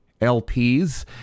LPs